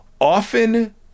often